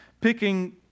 picking